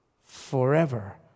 forever